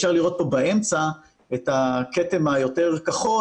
אפשר לראות פה באמצע את הכתם יותר כחול